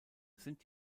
sind